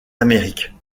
amérique